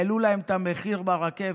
העלו להם את המחיר ברכבת,